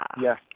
Yes